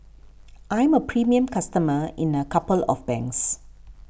I'm a premium customer in a couple of banks